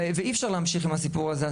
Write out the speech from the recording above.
ואי אפשר להמשיך עם הסיפור הזה.